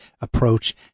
approach